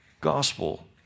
gospel